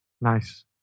Nice